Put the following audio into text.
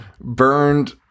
burned